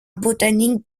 botaniques